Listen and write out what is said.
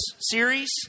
series